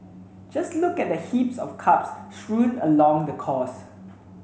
just look at the heaps of cups strewn along the course